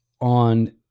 on